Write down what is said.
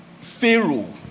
Pharaoh